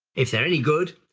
if they're any good,